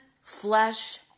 flesh